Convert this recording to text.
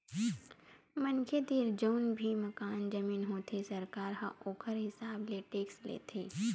मनखे तीर जउन भी मकान, जमीन होथे सरकार ह ओखर हिसाब ले टेक्स लेथे